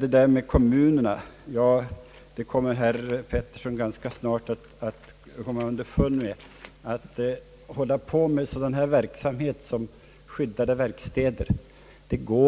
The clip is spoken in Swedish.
Beträffande kommunerna vill jag säga, att herr Harald Pettersson ganska snart väl kommer underfund med att en sådan verksamhet som de skyddade verkstäderna